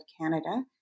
Canada